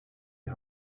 ihr